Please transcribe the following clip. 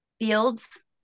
Fields